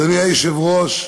אדוני היושב-ראש,